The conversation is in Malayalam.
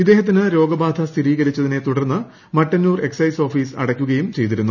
ഇദ്ദേഹത്തിന് രോഗബാധ സ്ഥിരീകരിച്ചതിനെ തുടർന്ന് മട്ടന്നൂർ എക്സൈസ് ഓഫീസ് അടയ്ക്കുകയും ചെയ്തിരുന്നു